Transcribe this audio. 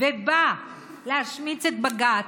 ובא להשמיץ את בג"ץ,